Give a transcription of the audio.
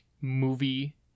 movie